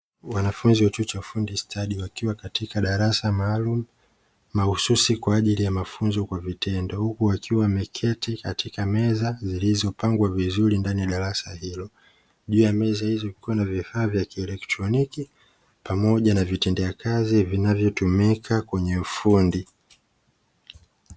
Wanafunzi wa chuo cha ufundi stadi wakiwa katika darasa maalumu mahususi kwa ajili ya mafunzo kwa vitendo, huku wakiwa wameketi katika meza zilizopangwa vizuri ndani ya darasa hilo. Juu ya meza hizo kukiwa na vifaa vya kielekitroniki pamoja na vitendea kazi vinavyotumika kwenye ufundi.